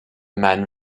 mein